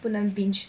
不能 binge